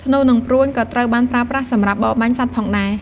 ធ្នូ និងព្រួញក៏ត្រូវបានប្រើប្រាស់សម្រាប់បរបាញ់សត្វផងដែរ។